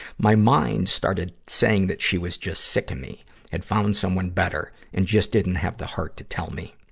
my mind started saying that she was just sick of me and found someone better and just didn't have the heart to tell me.